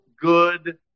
good